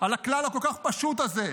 על הכלל הכל-כך פשוט הזה.